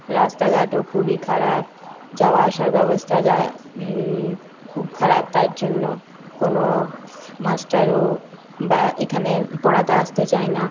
রাস্তাঘাটও খুবই খারাপ যাওয়া আসার ব্যবস্থা খুব খারাপ তার জন্য কোনও মাস্টারও বা এখানে পড়াতে আসতে চায় না